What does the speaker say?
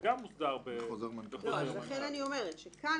לא לכתוב את השם.